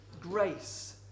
grace